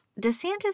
DeSantis